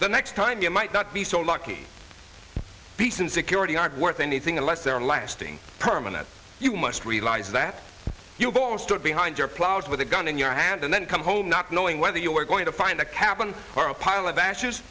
the next time you might not be so lucky peace and security aren't worth anything unless they're lasting permanent you must realize that you both stood behind your ploughs with a gun in your hand and then come home not knowing whether you were going to find a cabin or a pile of ashes